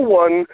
one